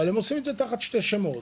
אבל הם עושים את זה תחת שני שמות.